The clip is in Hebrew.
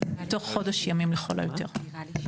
תוך חודש ימים לכל היותר.